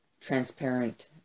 transparent